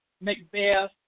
Macbeth